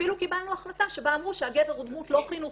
אפילו קיבלנו החלטה שבה אמרו שהגבר הוא דמות לא חינוכית.